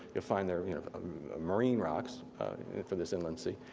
you'll find they're marine rocks from this inland sea.